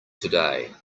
today